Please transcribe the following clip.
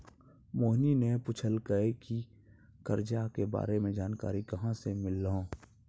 मोहिनी ने पूछलकै की करजा के बारे मे जानकारी कहाँ से मिल्हौं